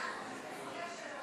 הרפורמים זה בלעם?